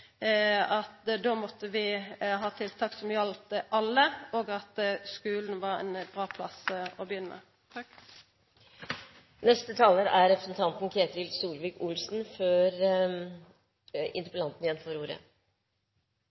at vi då måtte ha tiltak som galdt alle, og at skulen var ein bra plass å begynna. Dette er